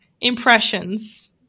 impressions